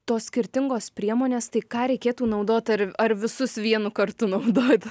tos skirtingos priemonės tai ką reikėtų naudot ar ar visus vienu kartu naudot